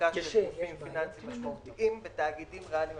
החזקה של גופים פיננסים משמעותיים בתאגידים ריאליים משמעותיים.